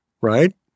right